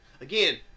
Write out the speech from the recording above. Again